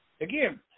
Again